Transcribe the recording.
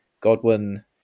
Godwin